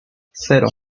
cero